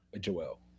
Joel